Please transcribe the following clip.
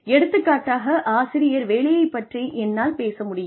எடுத்துக்காட்டாக ஆசிரியர் வேலையைப் பற்றி என்னால் பேச முடியும்